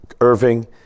Irving